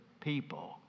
people